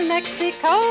Mexico